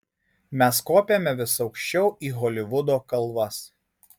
mes kopėme vis aukščiau į holivudo kalvas